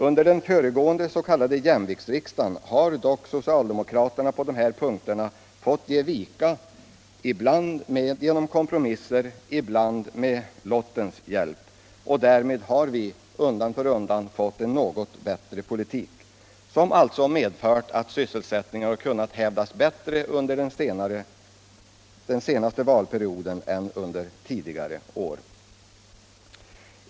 Under den tidigare s.k. jämviktsriksdagen har dock socialdemokraterna på dessa punkter fått ge vika, ibland genom kompromisser, ibland med lottens hjälp. Därmed har vi undan för undan fått en något bättre politik, som alltså medfört att sysselsättningen kunnat hävdas bättre under den senaste valperioden än under tidigare år.